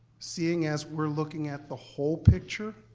seeing as we're looking at the whole picture,